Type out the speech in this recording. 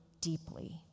deeply